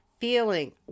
feeling